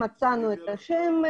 מצאנו את השם,